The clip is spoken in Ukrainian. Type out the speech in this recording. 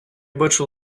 бачу